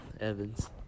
Evans